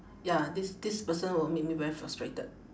ya this this person will make me very frustrated